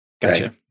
Gotcha